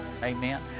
Amen